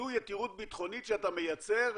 זו יתירות ביטחונית שאתה מייצר.